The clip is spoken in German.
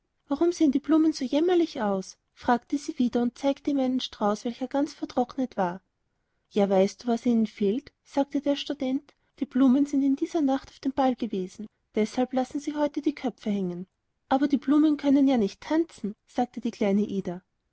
warum sehen die blumen so jämmerlich aus fragte sie wieder und zeigte ihm einen strauß welcher ganz vertrocknet war ja weißt du was ihnen fehlt sagte der student die blumen sind diese nacht auf dem ball gewesen deshalb lassen sie heute die köpfe hängen aber die blumen können ja nicht tanzen sagte die kleine ida